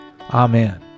Amen